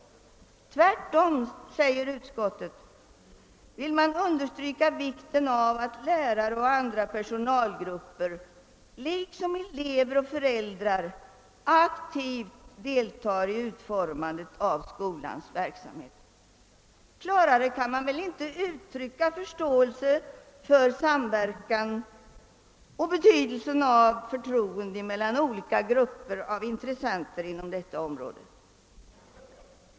Tvärtom understryker utskottet vikten av att lärare och andra personalgrupper liksom elever och föräldrar aktivt deltar i utformandet av skolans verksamhet. Klarare kan man väl inte uttrycka förståelsen för samverkan och betydelsen av förtroende mellan olika grupper och intressenter på detta område.